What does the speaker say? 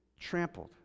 trampled